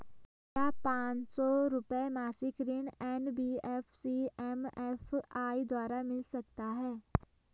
क्या पांच सौ रुपए मासिक ऋण एन.बी.एफ.सी एम.एफ.आई द्वारा मिल सकता है?